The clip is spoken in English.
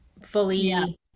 fully-